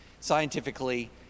scientifically